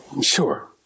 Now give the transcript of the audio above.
sure